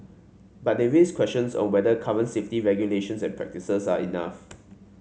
but they raise questions on whether current safety regulations and practices are enough